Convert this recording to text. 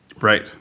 Right